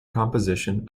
composition